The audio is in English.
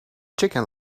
chicken